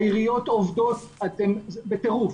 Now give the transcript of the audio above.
העיריות עובדות בטירוף.